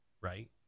right